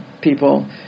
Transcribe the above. people